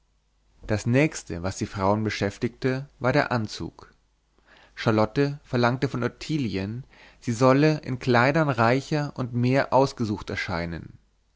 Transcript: das nächste was die frauen beschäftigte war der anzug charlotte verlangte von ottilien sie solle in kleidern reicher und mehr ausgesucht erscheinen